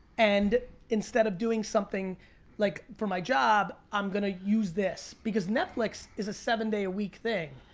and instead of doing something like for my job, i'm gonna use this because netflix is a seven day a week thing.